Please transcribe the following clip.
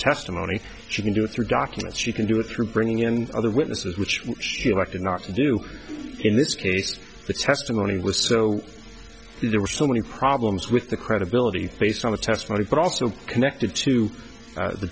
testimony she can do it through documents she can do it through bringing in other witnesses which have acted narky do in this case the testimony was so there were so many problems with the credibility faced on the testimony but also connected to the